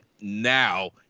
now